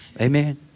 amen